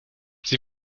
sie